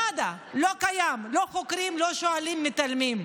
נאדה, לא קיים, לא חוקרים ולא שואלים, מתעלמים.